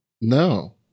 No